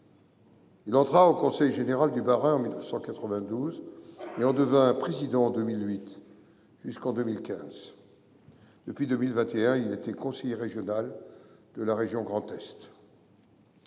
il entra au conseil général du Bas Rhin en 1992 et en devint le président en 2008, et ce jusqu’en 2015. Depuis 2021, il était conseiller régional de la région Grand Est.